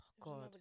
God